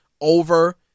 over